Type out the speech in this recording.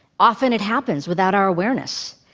often, it happens without our awareness.